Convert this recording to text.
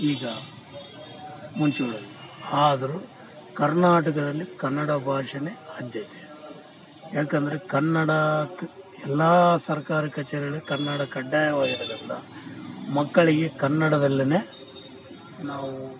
ಈಗ ಮುಂಚುಳಲ್ಲಿ ಆದರು ಕರ್ನಾಟಕದಲ್ಲಿ ಕನ್ನಡ ಭಾಷೆನೇ ಆದ್ಯತೆ ಯಾಕಂದರೆ ಕನ್ನಡಕ್ಕೆ ಎಲ್ಲಾ ಸರ್ಕಾರಿ ಕಚೇರಿಗಳಿಗೆ ಕನ್ನಡ ಕಡ್ಡಾಯವಾಗಿರೋದರಿಂದ ಮಕ್ಕಳಿಗೆ ಕನ್ನಡದಲ್ಲೇ ನಾವು